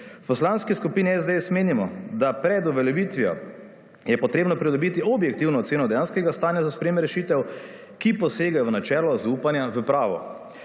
V Poslanski skupini SDS menimo, da pred uveljavitvijo je potrebno pridobiti objektivno oceno dejanskega stanja za sprejem rešitev, ki posega v načelo zaupanja v pravo.